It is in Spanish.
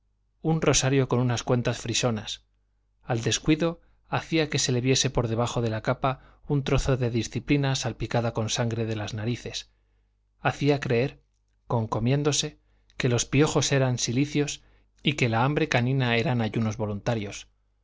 un rosario con unas cuentas frisonas al descuido hacía que se le viese por debajo de la capa un trozo de disciplina salpicada con sangre de las narices hacía creer concomiéndose que los piojos eran silicios y que la hambre canina eran ayunos voluntarios